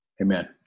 Amen